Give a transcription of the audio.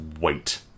wait